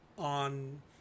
on